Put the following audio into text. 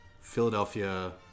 Philadelphia